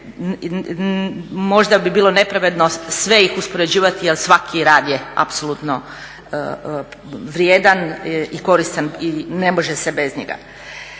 možda bi bilo nepravedno sve ih uspoređivati jer svaki rad je apsolutno vrijedan i koristan i ne može se bez njega.